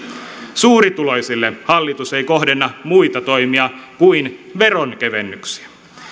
suurituloisille hallitus ei kohdenna muita toimia kuin veronkevennyksiä